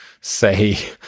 say